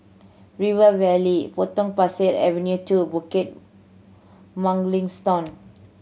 River Valley Potong Pasir Avenue Two Bukit Mugliston